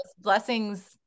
blessings